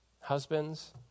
husbands